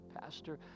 pastor